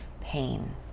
pain